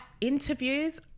Interviews